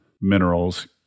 minerals